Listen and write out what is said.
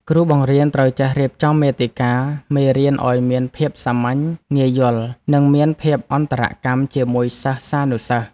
គ្រូបង្រៀនត្រូវចេះរៀបចំមាតិកាមេរៀនឱ្យមានភាពសាមញ្ញងាយយល់ និងមានភាពអន្តរកម្មជាមួយសិស្សានុសិស្ស។